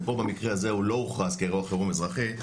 ופה במקרה זה הוא לא הוכרז כאירוע חירום אזרחי,